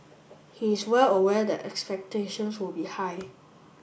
he is well aware that expectation will be high